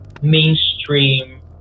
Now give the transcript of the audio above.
Mainstream